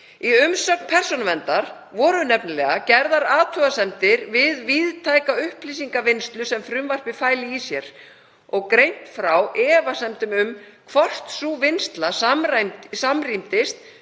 Í umsögn Persónuverndar voru gerðar athugasemdir við víðtæka upplýsingavinnslu sem frumvarpið fæli í sér og greint frá efasemdum um hvort sú vinnsla samrýmdist